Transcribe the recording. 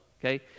okay